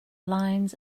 lines